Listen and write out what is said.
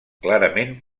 clarament